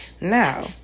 now